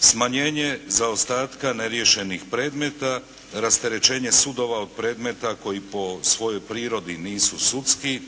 smanjenje zaostatka neriješenih predmeta, rasterećenje sudova od predmeta koji po svojoj prirodi nisu sudski,